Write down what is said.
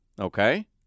Okay